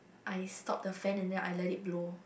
I stop the fan and then I let it blow